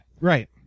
Right